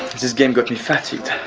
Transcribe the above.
this game got me fatigued.